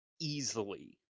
easily